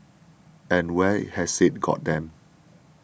and where has it got them